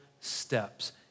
steps